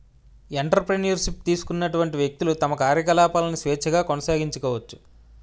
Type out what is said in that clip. entrepreneur ship తీసుకున్నటువంటి వ్యక్తులు తమ కార్యకలాపాలను స్వేచ్ఛగా కొనసాగించుకోవచ్చు